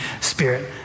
spirit